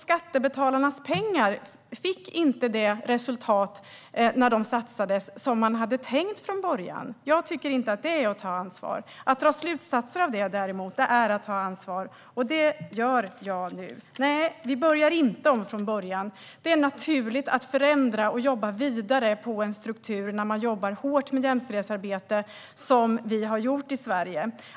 Skattebetalarnas pengar fick inte det resultat som man från början hade tänkt när de satsades. Jag tycker inte att detta är att ta ansvar. Att dra slutsatser av detta är däremot att ta ansvar. Och det gör jag nu. Nej, vi börjar inte om från början. Det är naturligt att förändra och jobba vidare med en struktur när man arbetar hårt med jämställdhetsarbete, vilket vi i Sverige har gjort.